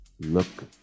Look